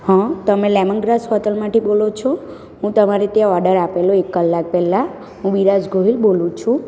હં તમે lemon grass હોટલમાંથી બોલો છો હું તમારે ત્યાં ઓર્ડર આપેલો એક કલાક પહેલાં હું વિરાજ ગોહિલ બોલું છું